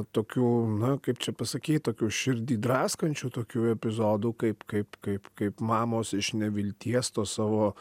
tokių na kaip čia pasakyt tokių širdį draskančių tokių epizodų kaip kaip kaip kaip mamos iš nevilties tuos savo